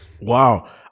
Wow